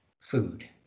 food